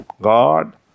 God